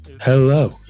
hello